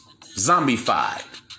Zombified